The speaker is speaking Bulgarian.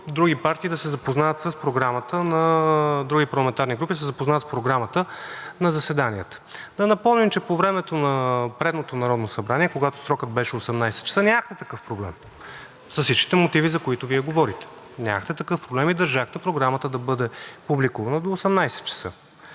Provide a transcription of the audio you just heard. групи да се запознаят с програмата на заседанията. Да напомним, че по времето на предното Народно събрание, когато срокът беше 18,00 ч., нямахте такъв проблем с всичките мотиви, за които Вие говорите. Нямахте такъв проблем и държахте програмата да бъде публикувана до 18,00 ч.